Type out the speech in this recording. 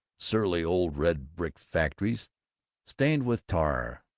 surly old red-brick factories stained with tar,